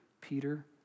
Peter